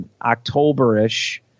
October-ish